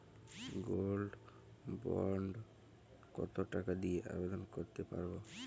Gold bond কত টাকা দিয়ে আবেদন করতে পারবো?